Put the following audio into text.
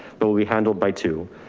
but we handled by two.